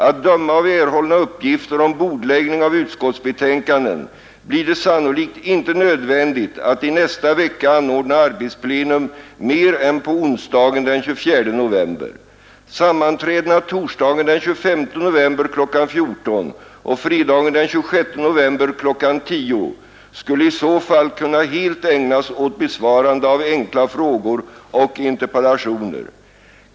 Att döma av erhållna uppgifter om bordläggning av utskottsbetänkanden blir det sannolikt inte nödvändigt att i nästa vecka anordna arbetsplenum mer än på onsdagen den 24 november. Sammanträdena torsdagen den 25 november kl. 14.00 och fredagen den 26 november kl. 10.00 skulle i så fall kunna helt ägnas åt besvarande av enkla frågor och interpellationer.